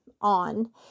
on